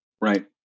Right